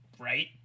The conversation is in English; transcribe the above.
right